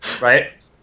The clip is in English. Right